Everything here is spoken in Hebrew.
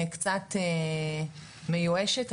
קצת מיואשת.